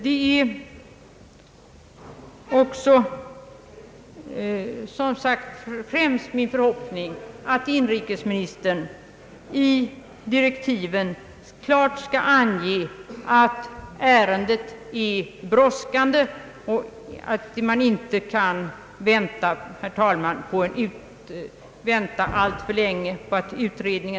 Det är som sagt främst min förhoppning att inrikesministern i direktiven klart skall ange att ärendet är brådskande.